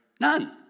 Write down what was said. None